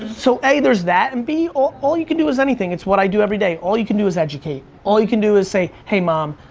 so, a there's that and b, all all you can do is anything. it's what i do everyday. all you can do is educate. all you can do is say, hey, mom,